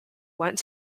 went